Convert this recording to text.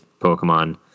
Pokemon